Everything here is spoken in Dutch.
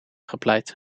gepleit